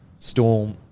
Storm